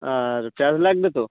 আর পেঁয়াজ লাগবে তো